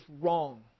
wrong